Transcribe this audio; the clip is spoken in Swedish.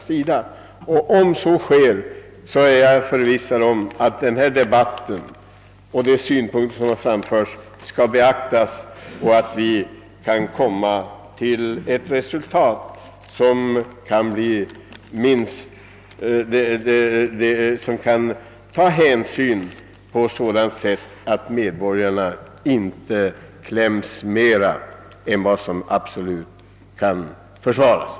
Om så sker är jag förvissad om att den här debatten skall få till resultat att vi klarar upp frågan på sådant sätt, att medborgarna inte kommer i kläm mer än vad som är absolut nödvändigt.